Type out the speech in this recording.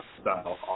style